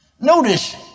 Notice